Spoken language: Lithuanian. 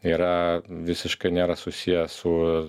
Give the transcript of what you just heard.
yra visiškai nėra susiję su